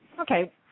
Okay